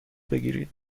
بگیرید